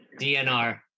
DNR